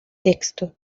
texto